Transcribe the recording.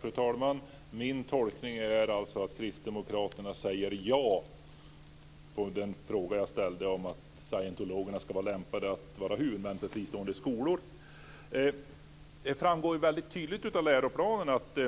Fru talman! Min tolkning är alltså att kristdemokraterna svarar ja på min fråga om huruvida scientologerna är lämpade att vara huvudmän för fristående skolor. Det framgår väldigt tydligt av läroplanen att